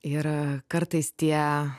ir kartais tie